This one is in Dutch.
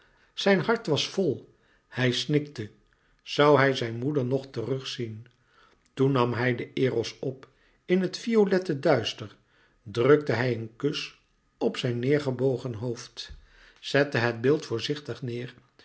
zijn hart was vol hij snikte zoû hij zijn moeder nog terug zien toen nam hij den eros op in het violette duister drukte hij een kus op zijn gebogen hoofd zette het beeld voorzichtig neêr